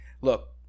look